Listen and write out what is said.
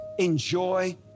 Enjoy